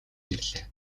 ирлээ